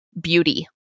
beauty